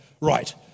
right